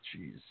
jeez